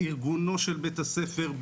בארגונו של בית הספר,